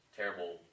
terrible